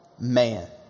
man